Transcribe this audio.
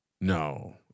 No